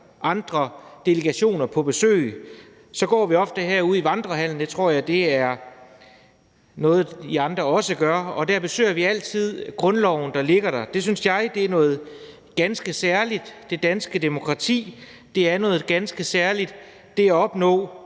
andre delegationer på besøg, går vi ofte herude i Vandrehallen – det tror jeg er noget, I andre også gør – og der besøger vi altid grundloven, der ligger der. Det synes jeg er noget ganske særligt; det danske demokrati er noget ganske særligt; og det at opnå